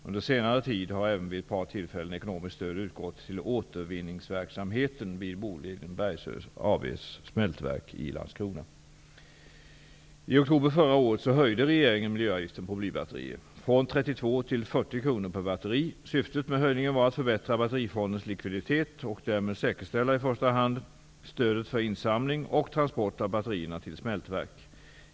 Under senare tid har även vid ett par tillfällen ekonomiskt stöd utgått till återvinningsverksamheten vid Boliden Bergsöe I oktober förra året höjde regeringen miljöavgiften på blybatterier från 32 till 40 kr per batteri. Syftet med höjningen var att förbättra batterifondens likviditet och därmed säkerställa i första hand stödet för insamling och transport av batterierna till smältverk.